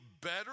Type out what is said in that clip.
better